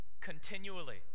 continually